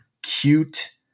cute